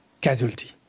casualty